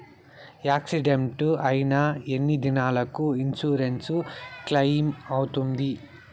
Accident అయిన ఎన్ని దినాలకు ఇన్సూరెన్సు క్లెయిమ్ అవుతుంది?